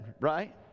right